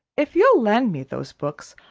if you'll lend me those books,